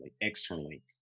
externally